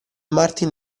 martin